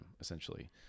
essentially